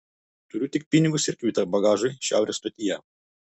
turiu tik pinigus ir kvitą bagažui šiaurės stotyje